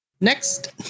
next